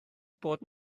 bod